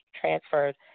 transferred